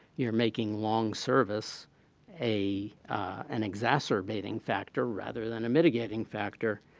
you're making long service a an exacerbating factor rather than a mitigating factor.